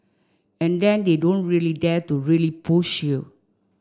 and then they don't really dare to really push you